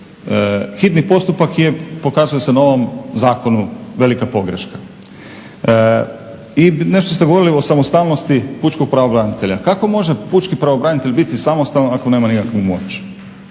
Hitni postupak je, pokazalo se, na ovom zakonu velika pogreška. I nešto ste govorili o samostalnosti pučkog pravobranitelja. Kako može pučki pravobranitelj biti samostalan ako nema nikakvu moć.